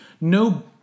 No